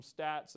stats